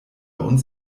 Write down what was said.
uns